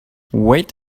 wait